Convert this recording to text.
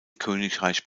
königreich